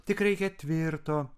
tik reikia tvirto